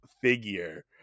figure